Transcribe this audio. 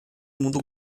mundo